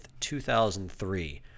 2003